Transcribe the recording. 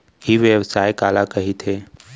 ई व्यवसाय काला कहिथे?